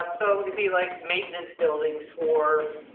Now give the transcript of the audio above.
so it'd be like maintenance buildings for,